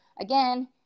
again